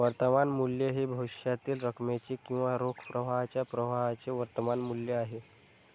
वर्तमान मूल्य हे भविष्यातील रकमेचे किंवा रोख प्रवाहाच्या प्रवाहाचे वर्तमान मूल्य आहे